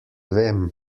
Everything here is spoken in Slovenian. vem